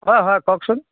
অঁ হয় কওকচোন